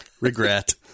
Regret